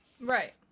Right